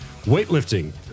weightlifting